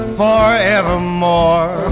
forevermore